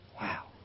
wow